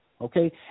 okay